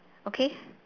okay